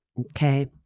okay